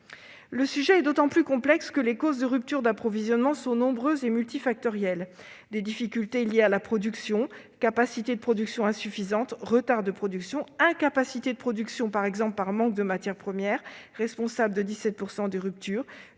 Le sujet est d'autant plus complexe que les causes de rupture d'approvisionnement sont nombreuses et multifactorielles. Les difficultés sont d'abord liées à la production : capacité de production insuffisante, retard de production, incapacité de production par manque de matières premières, responsable de 17 % des ruptures,